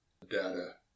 data